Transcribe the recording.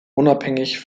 unabhängig